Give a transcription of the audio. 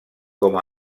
com